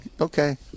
Okay